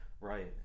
Right